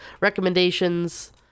recommendations